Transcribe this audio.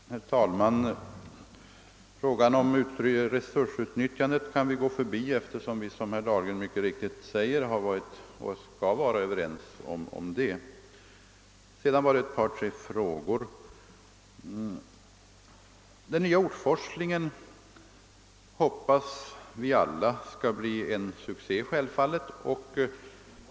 Herr talman! Frågan om resursutnyttjandet kan jag gå förbi, eftersom vi som herr Dahlgren mycket riktigt säger har varit och skall vara överens om denna. Sedan ställde herr Dahlgren några frågor. Självfallet hoppas vi alla att ortforslingen skall bli en succé.